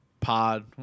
pod